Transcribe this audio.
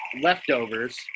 leftovers